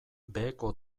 beheko